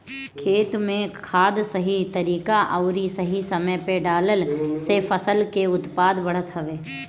खेत में खाद सही तरीका अउरी सही समय पे डालला से फसल के उत्पादन बढ़त हवे